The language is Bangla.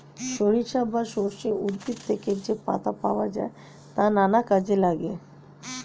সরিষা বা সর্ষে উদ্ভিদ থেকে যে পাতা পাওয়া যায় তা নানা কাজে লাগে